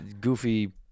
Goofy